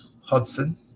Hudson